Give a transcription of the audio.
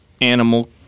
animal